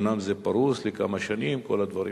תודה.